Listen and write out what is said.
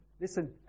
listen